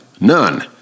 None